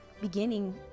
beginning